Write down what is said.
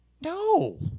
no